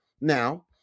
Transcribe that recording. now